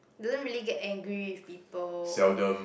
doesn't really get angry with people